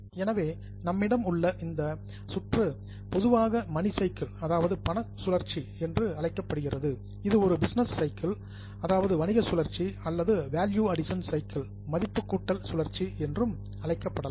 எனவே நம்மிடம் உள்ள இந்த சுற்று பொதுவாக மணி சைக்கிள் பண சுழற்சி என்று அழைக்கப்படுகிறது இது ஒரு பிசினஸ் சைக்கிள் வணிக சுழற்சி அல்லது வேல்யூ அடிசன் சைக்கிள் மதிப்புக்கூட்டல் சுழற்சி என்றும் அழைக்கப்படலாம்